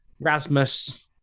Rasmus